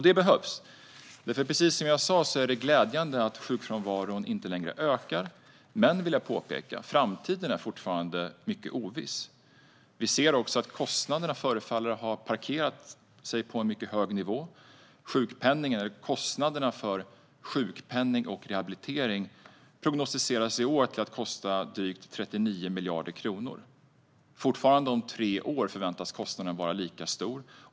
Det är som sagt glädjande att sjukfrånvaron inte längre ökar, men framtiden är fortfarande oviss. Kostnaderna förefaller ha parkerat sig på en hög nivå. Kostnaden för sjukpenning och rehabilitering prognostiseras i år till drygt 39 miljarder kronor, och om tre år förväntas kostnaden vara lika stor.